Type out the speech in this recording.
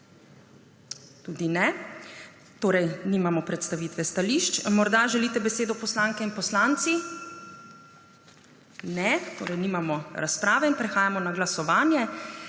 Tudi ne. Torej nimamo predstavitve stališč. Morda želite besedo, poslanke in poslanci? Ne, torej nimamo razprave. In prehajamo na glasovanje.